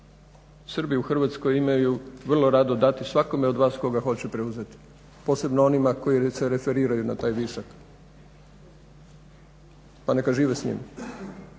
Srbi u Hrvatskoj imaju vrlo rado dati svakome od vas tko ga hoće preuzeti posebno onima koji se referiraju na taj višak pa neka žive s njim,